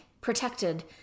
protected